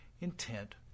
intent